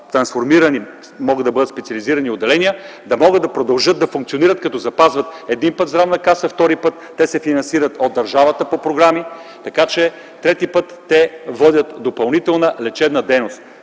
трансформирани, да могат да бъдат специализирани отделения, да могат да продължат да функционират, като запазват един път – Здравната каса, втори път – те се финансират от държавата по програми, трети път – водят допълнителна лечебна дейност.